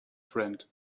friend